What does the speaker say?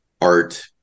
art